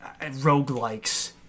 roguelikes